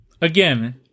again